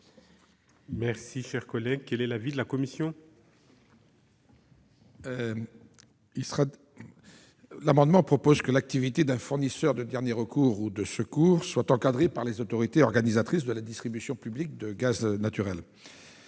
de leurs compétences. Quel est l'avis de la commission spéciale ? L'amendement a pour objet que l'activité d'un fournisseur de dernier recours ou de secours soit encadrée par les autorités organisatrices de la distribution publique de gaz naturel.